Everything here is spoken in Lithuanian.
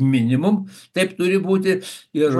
minimum taip turi būti ir